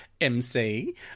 MC